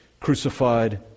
crucified